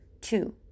two